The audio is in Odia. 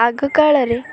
ଆଗକାଳରେ